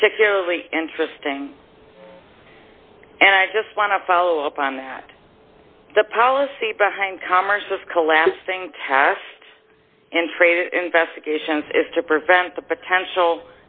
particularly interesting and i just want to follow up on that the policy behind commerce of collapsing tast and trade investigations is to prevent the potential